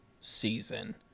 season